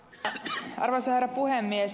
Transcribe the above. arvoisa herra puhemies